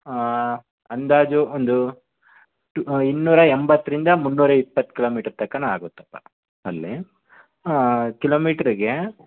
ಅಂದಾಜು ಒಂದು ಟು ಇನ್ನೂರ ಎಂಬತ್ತರಿಂದ ಮುನ್ನೂರ ಇಪ್ಪತ್ತು ಕಿಲೋಮೀಟರ್ ತನಕವೂ ಆಗುತ್ತಪ್ಪ ಅಲ್ಲಿ ಕಿಲೋಮೀಟರಿಗೆ